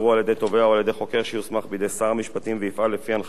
או על-ידי חוקר שיוסמך בידי שר המשפטים ויפעל לפי הנחיות התובע.